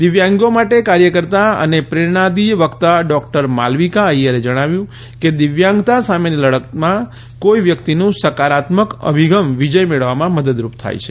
દિવ્યાંગો માટે કાર્થકર્તા અને પ્રેરણાદીય વકતા ડોકટર માલવિકા અથ્યરે જણાવ્યું કે દિવ્યાંગતા સામેની લડતમાં કોઇ વ્યક્તિનું સકારાત્મક અભિગમ વિજય મેળવવામાં મદદરૂપ થાય છે